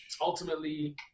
ultimately